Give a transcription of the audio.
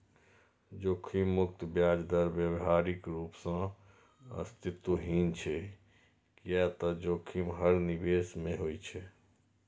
जोखिम मुक्त ब्याज दर व्यावहारिक रूप सं अस्तित्वहीन छै, कियै ते जोखिम हर निवेश मे होइ छै